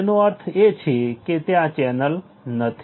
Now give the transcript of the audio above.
તેનો અર્થ એ છે કે ત્યાં ચેનલ નથી